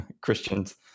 Christians